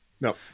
No